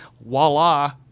Voila